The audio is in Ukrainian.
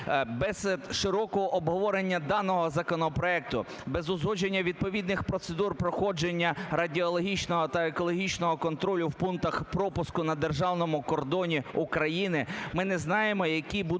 Без широкого обговорення даного законопроекту, без узгодження відповідних процедур проходження радіологічного та екологічного контролю в пунктах пропуску на державному кордоні України ми не знаємо, які будуть